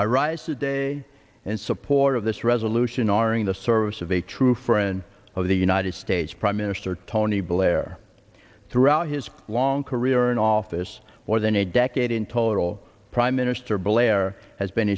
i rise today in support of this resolution or in the service of a true friend of the united states prime minister tony blair throughout his long career in office more than a decade in total prime minister blair has been